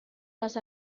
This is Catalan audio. les